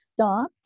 stop